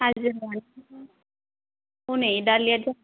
हनै दा लेट